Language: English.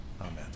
Amen